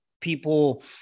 people